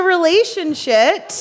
Relationship